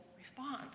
response